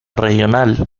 regional